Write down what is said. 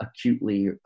acutely